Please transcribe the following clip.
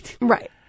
Right